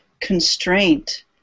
Constraint